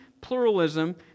pluralism